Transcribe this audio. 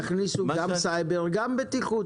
תכניסו גם סייבר וגם בטיחות.